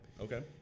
Okay